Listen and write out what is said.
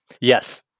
yes